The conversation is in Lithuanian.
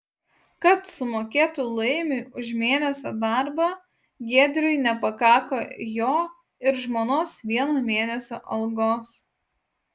kad sumokėtų laimiui už mėnesio darbą giedriui nepakako jo ir žmonos vieno mėnesio algos